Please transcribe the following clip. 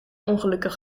ongelukken